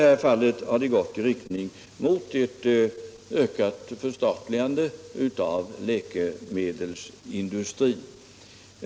De har gått i riktning mot ett ökat förstatligande av läkemedelsindustrin.